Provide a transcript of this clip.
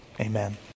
Amen